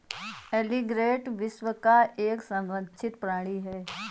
alligator विश्व का एक संरक्षित प्राणी है